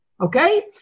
Okay